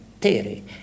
theory